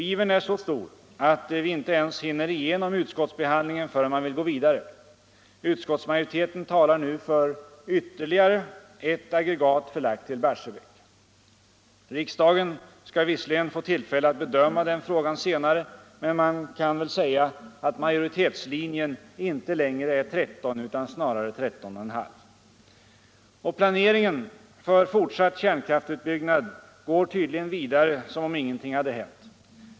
Ivern är så stor att vi inte ens hinner igenom utskottsbehandlingen förrän man vill gå vidare. Utskottsmajoriteten talar nu för ytterligare ett aggregat, förlagt till Barsebäck. Riksdagen skall visserligen få tillfälle att bedöma den frågan senare, men man kan väl säga att majoritetslinjen inte längre är 13 utan snarare 13 1/2. Och planeringen för fortsatt kärnkraftsutbyggnad går tydligen vidare som om ingenting hade hänt.